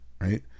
right